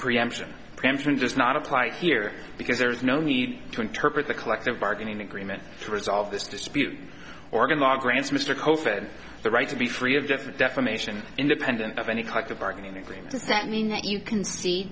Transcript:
preemption just not apply here because there is no need to interpret the collective bargaining agreement to resolve this dispute oregon law grants mr copas the right to be free of death and defamation independent of any collective bargaining agreement does that mean that you can see